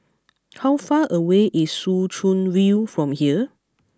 how far away is Soo Chow View from here